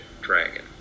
dragon